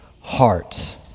heart